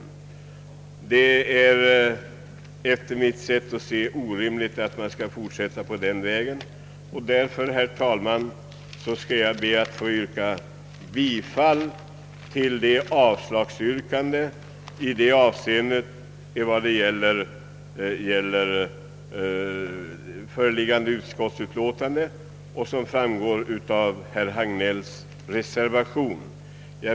Enligt mitt sätt att se är det orimligt att fortsätta på den vägen. Därför, herr talman, skall jag be att få yrka bifall till avslagsyrkandet på föreliggande utskottsutlåtande i enlighet med herr Hagnells reservation.